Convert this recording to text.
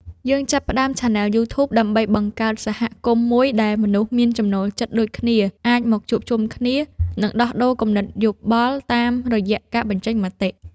យើងចាប់ផ្តើមឆានែលយូធូប ដើម្បីបង្កើតសហគមន៍មួយដែលមនុស្សមានចំណូលចិត្តដូចគ្នាអាចមកជួបជុំគ្នា និងដោះដូរគំនិតយោបល់តាមរយៈការបញ្ចេញមតិ។